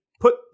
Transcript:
put